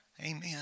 Amen